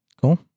Cool